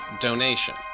donation